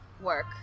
work